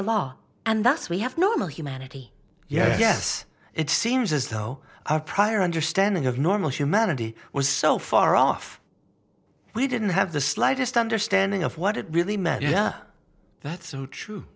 the law and thus we have no humanity yes it seems as though our prior understanding of normal humanity was so far off we didn't have the slightest understanding of what it really meant yeah that's so true